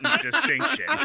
distinction